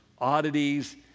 oddities